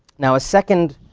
now, a second